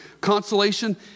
consolation